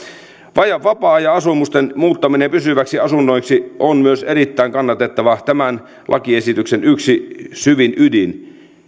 vapaa ajan asumusten muuttaminen pysyviksi asunnoiksi on myös erittäin kannatettavaa ja tämän lakiesityksen yksi syvin ydin